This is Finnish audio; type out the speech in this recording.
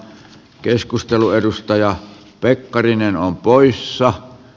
keskustelu edustaja pekkarinen on poissa